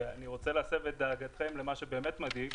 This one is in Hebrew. ואני רוצה להסב את דאגתכם למה שבאמת מדאיג,